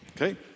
Okay